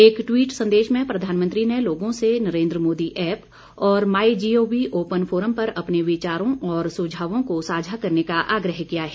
एक ट्वीट संदेश में प्रधानमंत्री ने लोगों से नरेन्द्र मोदी ऐप और my G O V open forum पर अपने विचारों और सुझावों को साझा करने का आग्रह किया है